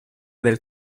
del